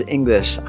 English